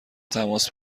تماس